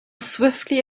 swiftly